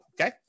okay